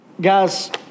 guys